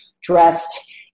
dressed